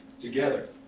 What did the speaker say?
together